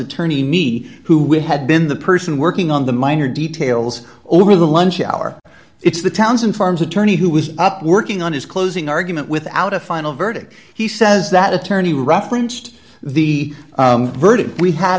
attorney me who we had been the person working on the minor details over the lunch hour it's the townsend farms attorney who was up working on his closing argument without a final verdict he says that attorney ruff unst the verdict we had